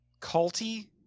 culty